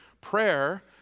prayer